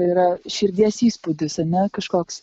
yra širdies įspūdis ane kažkoks